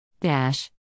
Dash